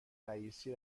رییسی